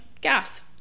gas